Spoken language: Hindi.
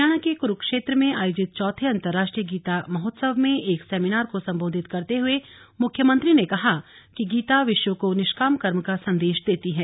हरियाणा के क्रूक्षेत्र में आयोजित चौथे अंतरराष्ट्रीय गीता महोत्सव में एक सेमिनार को सम्बोधित करते हुए मुख्यमंत्री ने कहा कि गीता विश्व को निष्काम कर्म का संदेश देती है